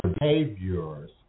behaviors